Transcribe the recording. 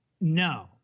No